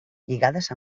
lligades